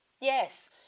Yes